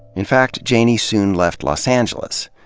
in fact, janey soon left los angeles.